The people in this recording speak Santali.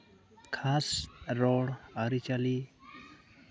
ᱠᱷᱟᱥ ᱨᱚᱲ ᱟᱹᱨᱤᱪᱟᱹᱞᱤ